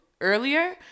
earlier